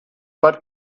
but